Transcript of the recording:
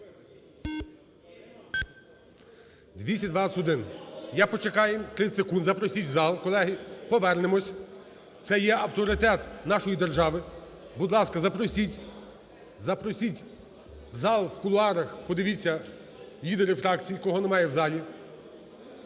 221. Я почекаю 30 секунд, запросіть в зал, колеги, повернемось. Це є авторитет нашої держави, будь ласка, запросіть, запросіть в зал, в кулуарах подивіться, лідери фракцій, кого немає в залі.